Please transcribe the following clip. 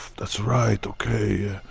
that's right. ok, yeah.